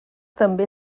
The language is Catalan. també